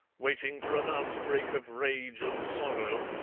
waiting for an outbreak of rage and sorrow,